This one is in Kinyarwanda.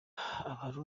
ari